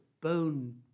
bone